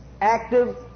active